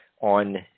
on